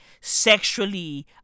sexually